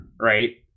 Right